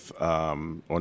on